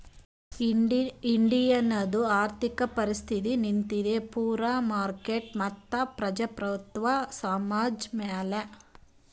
ಇಂಡಿಯಾದು ಆರ್ಥಿಕ ಪರಿಸ್ಥಿತಿ ನಿಂತಿದ್ದೆ ಪೂರಾ ಮಾರ್ಕೆಟ್ ಮತ್ತ ಪ್ರಜಾಪ್ರಭುತ್ವ ಸಮಾಜದ್ ಮ್ಯಾಲ